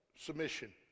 Submission